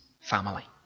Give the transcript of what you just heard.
family